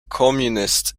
communists